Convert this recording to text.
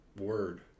word